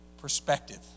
perspective